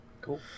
Cool